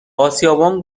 آسیابان